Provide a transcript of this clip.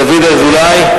דוד אזולאי.